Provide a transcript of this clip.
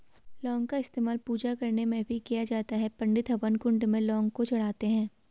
लौंग का इस्तेमाल पूजा करने में भी किया जाता है पंडित हवन कुंड में लौंग को चढ़ाते हैं